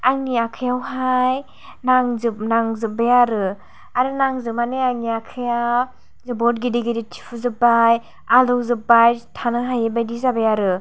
आंनि आखाइयावहाय नांजाेब नांजाेबबाय आरो आरो नांजोबनानै आंनि आखाइया जोबोद गिदिर गिदिर थिफुजोबबाय आलौजोबबाय थानो हायै बादि जाबाय आरो